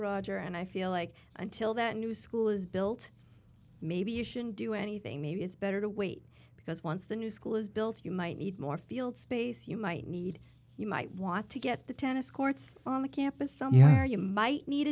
roger and i feel like until that new school is built maybe you shouldn't do anything maybe it's better to wait because once the new school is built you might need more field space you might need you might want to get the tennis courts on the campus somehow you might need